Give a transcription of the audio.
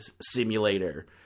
simulator